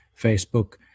Facebook